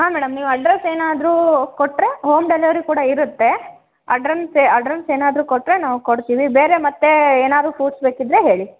ಹಾಂ ಮೇಡಮ್ ನೀವು ಅಡ್ರಸ್ ಏನಾದರೂ ಕೊಟ್ಟರೆ ಹೋಮ್ ಡೆಲಿವರಿ ಕೂಡ ಇರುತ್ತೆ ಅಡ್ರನ್ಸ್ ಅಡ್ರನ್ಸ್ ಏನಾದರೂ ಕೊಟ್ಟರೆ ನಾವು ಕೊಡ್ತೀವಿ ಬೇರೆ ಮತ್ತೆ ಏನಾದ್ರೂ ಫ್ರೂಟ್ಸ್ ಬೇಕಿದ್ದರೆ ಹೇಳಿ